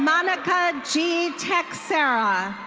monica g tecsara.